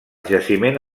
jaciment